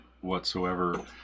whatsoever